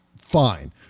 fine